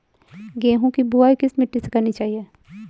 गेहूँ की बुवाई किस मिट्टी में करनी चाहिए?